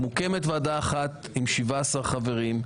מוקמת ועדה אחת עם 17 חברים,